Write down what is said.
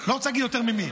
אני לא רוצה להגיד יותר ממי,